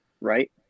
Right